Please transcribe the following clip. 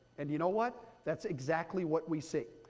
and you know what? that's exactly what we see.